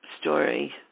story